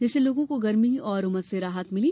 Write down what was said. जिससे लोगो को गर्मी और उमस से राहत मिली